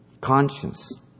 conscience